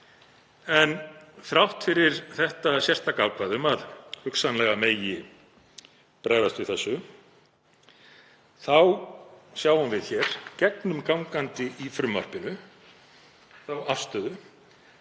En þrátt fyrir þetta sérstaka ákvæði um að hugsanlega megi bregðast við þessu sjáum við hér gegnumgangandi í frumvarpinu þá afstöðu